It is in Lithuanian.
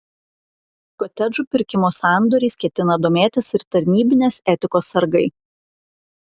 kotedžų pirkimo sandoriais ketina domėtis ir tarnybinės etikos sargai